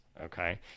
Okay